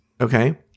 Okay